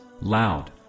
loud